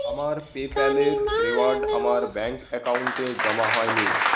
আমার পেপ্যালের রেওয়ার্ড আমার ব্যাংক অ্যাকাউন্টে জমা হয়নি